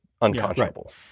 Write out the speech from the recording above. unconscionable